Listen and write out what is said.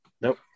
Nope